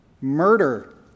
murder